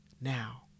now